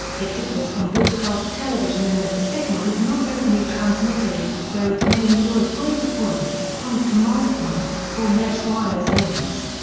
it differs from broadcast television in that the signal is not openly transmitted, though it may employ point to point, point to multipoint, or mesh wireless links.